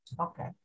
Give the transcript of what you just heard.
Okay